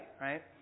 right